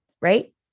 right